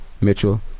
mitchell